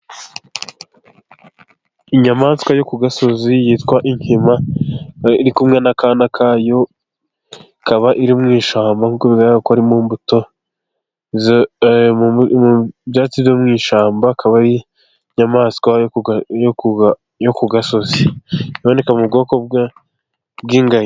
Inyamaswa yo ku gasozi yitwa inkima, iri kumwe n'akana kayo ikaba iri mu ishyamba ,nk'uko bigaragara ko iri mu mbuto, ibyatsi biri mu ishyamba ,akaba ari inyamaswa yo ku gasozi iboneka mu bwoko bw'ingagi.